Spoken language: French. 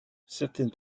certaines